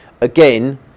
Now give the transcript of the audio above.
Again